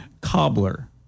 Cobbler